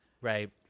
Right